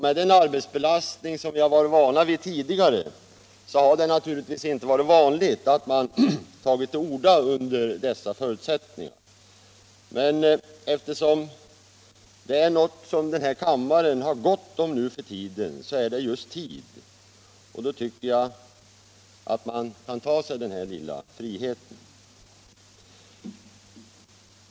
Med den arbetsbelastning vi har varit vana vid tidigare har det naturligtvis inte varit så vanligt att man tagit till orda under dessa förutsättningar. Men om det är något som denna kammare nu för tiden har gott om så är det just tid, och då kan man ta sig denna lilla frihet.